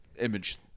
image